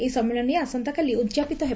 ଏହି ସମ୍ମିଳନୀ ଆସନ୍ତାକାଲି ଉଦଯାପିତ ହେବ